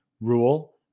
rule